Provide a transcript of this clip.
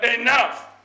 enough